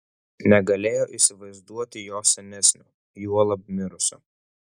negalėjo įsivaizduoti jo senesnio juolab mirusio